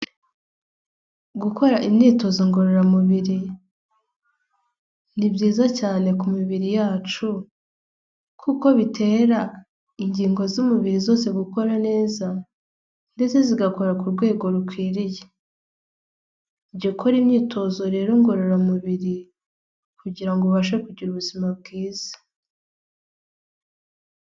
Gukora imyitozo ngororamubiri ni byiza cyane ku mibiri yacu, kuko bitera ingingo z'umubiri zose gukora neza ndetse zigakora ku rweg rukwiriye, jya ukora imyitozo rero ngororamubiri kugira ngo ubashe kugira ubuzima bwiza.